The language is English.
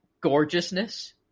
gorgeousness